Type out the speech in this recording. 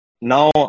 Now